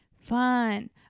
Fun